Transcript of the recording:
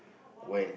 when